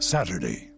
Saturday